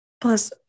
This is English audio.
plus